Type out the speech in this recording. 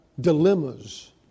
dilemmas